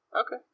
Okay